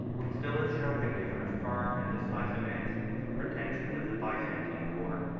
when stilicho had given a firm and decisive answer to the pretensions of the byzantine court,